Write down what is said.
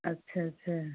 अच्छा अच्छा